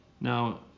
Now